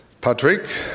Patrick